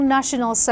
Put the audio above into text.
National